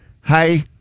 Hi-